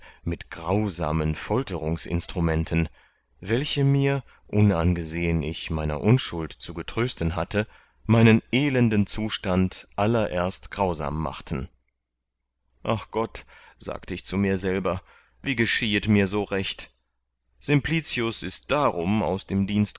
mit grausamen folterungsinstrumenten welche mir unangesehen ich mich meiner unschuld zu getrösten hatte meinen elenden zustand allererst grausam machten ach gott sagte ich zu mir selber wie geschiehet mir so recht simplicius ist darum aus dem